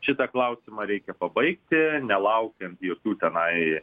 šitą klausimą reikia pabaigti nelaukiant jokių tenai